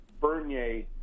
Bernier